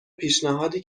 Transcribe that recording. پیشنهادی